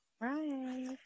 right